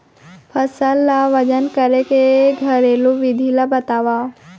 फसल ला वजन करे के घरेलू विधि ला बतावव?